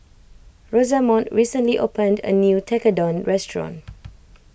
Rosamond recently opened a new Tekkadon restaurant